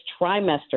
trimester